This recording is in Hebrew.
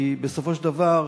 כי בסופו של דבר,